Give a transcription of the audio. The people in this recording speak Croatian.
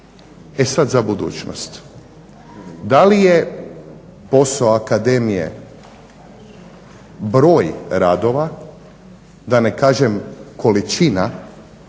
E sad za budućnost. Da li je posao Akademije broj radova da ne kažem količina